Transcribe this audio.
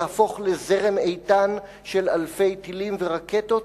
יהפוך לזרם איתן של אלפי טילים ורקטות?